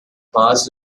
past